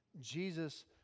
Jesus